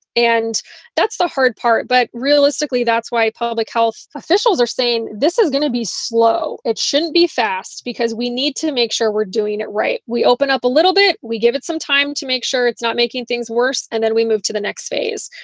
and that's the hard part. but realistically, that's why public health officials are saying this is going to be slow. it shouldn't be fast because we need to make sure we're doing it right. we open up a little bit. we give it some time to make sure it's not making things worse and then we move to the next phase.